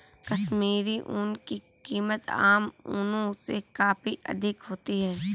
कश्मीरी ऊन की कीमत आम ऊनों से काफी अधिक होती है